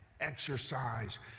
exercise